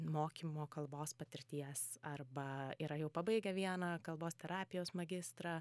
mokymo kalbos patirties arba yra jau pabaigę vieną kalbos terapijos magistrą